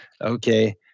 Okay